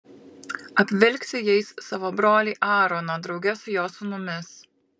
apvilksi jais savo brolį aaroną drauge su jo sūnumis